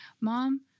Mom